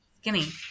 skinny